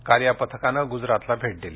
काल या पथकानं गुजरातला भेट दिली